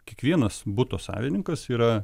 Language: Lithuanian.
kiekvienas buto savininkas yra